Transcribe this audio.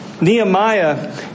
Nehemiah